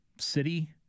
city